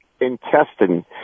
intestine